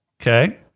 Okay